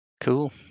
cool